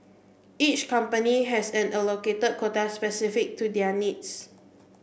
each company has an allocated quota specific to their needs